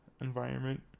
environment